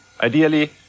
Ideally